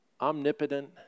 omnipotent